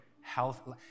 health